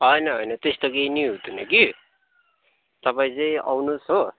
होइन होइन त्यस्तो केही पनि हुँदैन कि तपाईँ चाहिँ आउनुहोस् हो